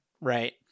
right